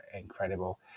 incredible